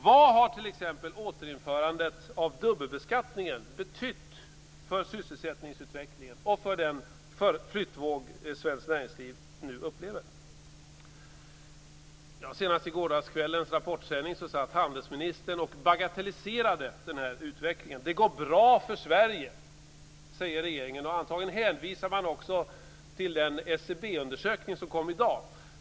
Vad har t.ex. återinförandet av dubbelbeskattningen betytt för sysselsättningsutvecklingen och för den flyttvåg svenskt näringsliv nu upplever? Senast i gårdagskvällens Rapportsändning satt handelsministern och bagatelliserade den här utvecklingen. Det går bra för Sverige, säger regeringen. Antagligen hänvisar man också till den SCB undersökning som kom i dag.